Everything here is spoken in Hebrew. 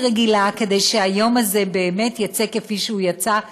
רגילה כדי שהיום הזה באמת יצא כפי שהוא יצא,